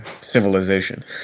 civilization